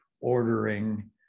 ordering